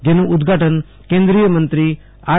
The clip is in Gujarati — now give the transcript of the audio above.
તેનું ઉદઘાટન કેન્દ્રીયમંત્રી આર